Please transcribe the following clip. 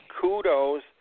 kudos